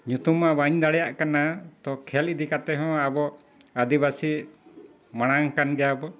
ᱧᱩᱛᱩᱢ ᱢᱟ ᱵᱟᱹᱧ ᱫᱟᱲᱮᱭᱟᱜ ᱠᱟᱱᱟ ᱛᱚ ᱠᱷᱮᱞ ᱤᱫᱤ ᱠᱟᱛᱮᱦᱚᱸ ᱟᱵᱚ ᱟᱹᱫᱤᱵᱟᱹᱥᱤ ᱢᱟᱲᱟᱝ ᱟᱠᱟᱱ ᱜᱮᱭᱟ ᱵᱚᱱ